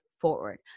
forward